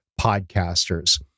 podcasters